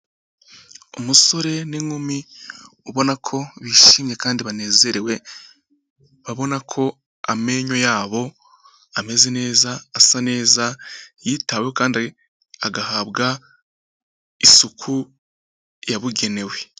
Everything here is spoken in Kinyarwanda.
Umusore n'inkumi ubona ko bishimye kandi banezerewe, urabona ko amenyo yabo ameze neza asa neza yitaweho kandi agahabwa isuku yabugenewe.